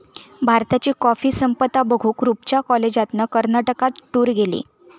भारताची कॉफी संपदा बघूक रूपच्या कॉलेजातना कर्नाटकात टूर गेली